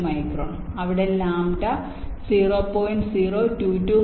22 micron അവിടെ lambda 0